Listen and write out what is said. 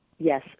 Yes